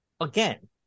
again